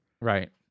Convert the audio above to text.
Right